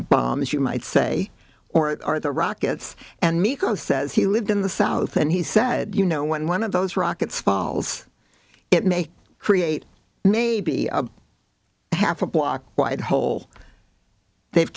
bombs you might say or it are the rockets and nico says he lived in the south and he said you know when one of those rockets falls it may create maybe half a block wide hole they've